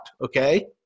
okay